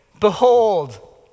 Behold